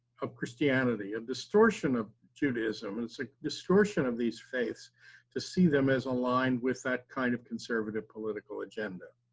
of christianity! a and distortion of judaism, it's a distortion of these faiths to see them as aligned with that kind of conservative political agenda.